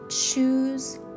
choose